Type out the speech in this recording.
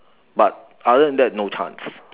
but other than that no chance